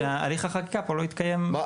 שהליך החקיקה פה לא יתקיים.